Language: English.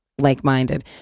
like-minded